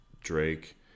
Drake